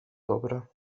dobre